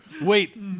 wait